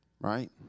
Right